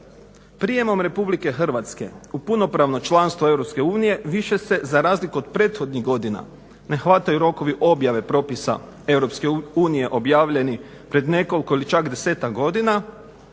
Prijemom RH u punopravno članstvo EU više se za razliku od prethodnih godina ne hvataju rokovi objave propisa EU objavljeni pred nekoliko ili čak 10-ak godina